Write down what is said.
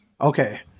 Okay